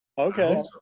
Okay